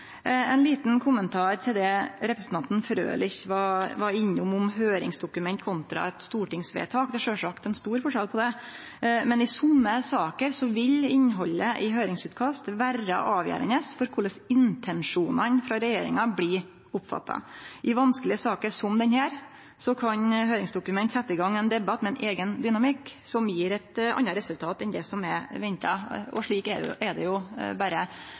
Ein liten kommentar til det representanten Frølich var innom om høyringsdokument kontra stortingsvedtak. Det er sjølvsagt ein stor forskjell på det, men i somme saker vil innhaldet i høyringsutkast vere avgjerande for korleis intensjonane frå regjeringa blir oppfatta. I vanskelege saker, som denne, kan høyringsdokument setje i gang ein debatt med ein eigen dynamikk, som gjev eit anna resultat enn det som er venta. Og slik er det berre. Vi i Senterpartiet står ved det